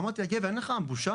אמרתי לו "גבר, אין לך בושה?